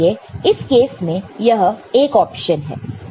inversion के लिए इस केस में यह एक ऑप्शन है